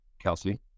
Kelsey